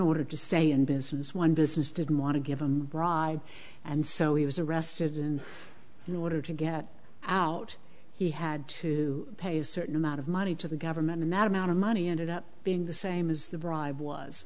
order to stay in business one business didn't want to give a bribe and so he was arrested and in order to get out he had to pay a certain amount of money to the government the madam out of money ended up being the same as the bribe was